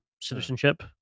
Citizenship